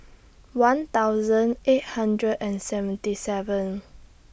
one thousand eight hundred and seventy seven